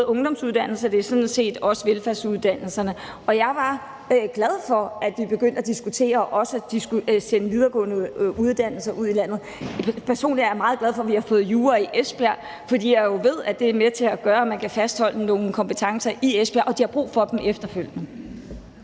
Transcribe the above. ungdomsuddannelser, og det er sådan set også velfærdsuddannelser. Jeg var glad for, at man også begyndte at diskutere at sende videregående uddannelser ud i landet. Personligt er jeg meget glad for, at vi har fået jura i Esbjerg, fordi jeg jo ved, at det er med til at gøre, at man kan fastholde nogle kompetencer i Esbjerg, og jeg ved, at de har brug for dem efterfølgende.